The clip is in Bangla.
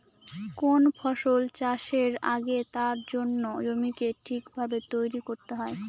কোন ফসল চাষের আগে তার জন্য জমিকে ঠিক ভাবে তৈরী করতে হয়